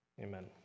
Amen